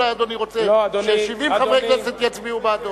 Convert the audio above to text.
אולי אדוני רוצה ש-70 חברי כנסת יצביעו בעדו?